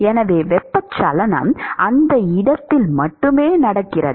எனவே வெப்பச்சலனம் அந்த இடத்தில் மட்டுமே நடக்கிறது